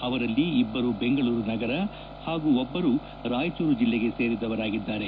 ಅವರಲ್ಲಿ ಇಬ್ಬರು ಬೆಂಗಳೂರು ನಗರ ಹಾಗೂ ಒಬ್ಬರು ರಾಯಚೂರು ಜಿಲ್ಲೆಗೆ ಸೇರಿದವರಾಗಿದ್ದಾರೆ